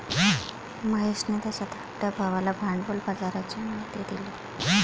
महेशने त्याच्या धाकट्या भावाला भांडवल बाजाराची माहिती दिली